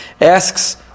Asks